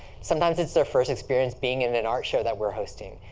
sometimes it's their first experience being in an art show that we're hosting.